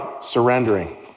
surrendering